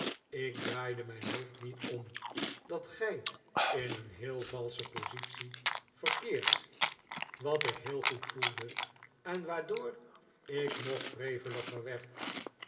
ik draaide mijn hoofd niet om dat gij in een heel valsche positie verkeert wat ik heel goed voelde en waardoor ik nog wreveliger werd